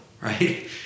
right